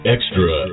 Extra